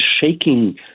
shaking